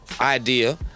idea